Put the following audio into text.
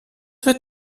wird